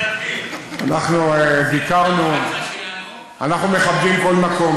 אנחנו מכבדים כל מקום.